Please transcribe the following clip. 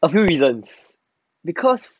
a few reasons because